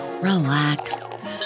relax